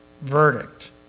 verdict